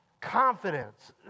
Confidence